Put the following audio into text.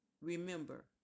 Remember